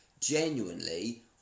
genuinely